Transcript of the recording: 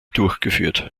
durchgeführt